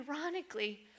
Ironically